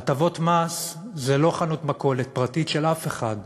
הטבות מס זה לא חנות מכולת פרטית של אף אחד,